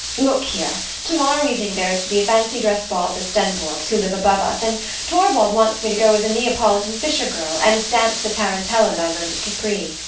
look here. tomorrow evening there is to be a fancy-dress ball at the stenborgs', who live above us and torvald wants me to go as a neapolitan fisher-girl, and dance the tarantella that i learned at capri.